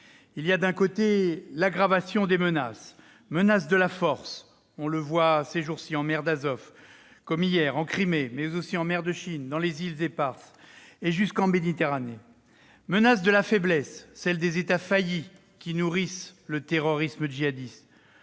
il y a l'aggravation des menaces. Menaces de la force, on le voit ces jours-ci en mer d'Azov, comme hier en Crimée, mais aussi en mer de Chine, dans les îles Éparses et jusqu'en Méditerranée. Menaces de la faiblesse, celle des États faillis, qui nourrissent le terrorisme djihadiste.